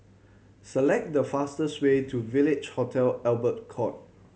select the fastest way to Village Hotel Albert Court